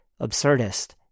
absurdist